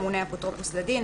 ממונה אפוטרופוס לדין.